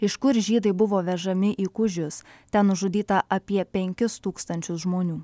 iš kur žydai buvo vežami į kužius ten nužudyta apie penkis tūkstančius žmonių